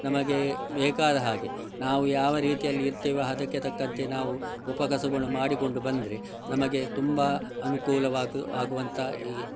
ನಮಗೆ ಬೇಕಾದ ಹಾಗೆ ನಾವು ಯಾವ ರೀತಿಯಲ್ಲಿ ಇರ್ತೆವೋ ಅದಕ್ಕೆ ತಕ್ಕಂತೆ ನಾವು ಉಪಕಸಬುಗಳನ್ನು ಮಾಡಿಕೊಂಡು ಬಂದರೆ ನಮಗೆ ತುಂಬ ಅನುಕೂಲ ಆಗುವಂಥ ಇ